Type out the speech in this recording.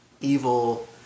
evil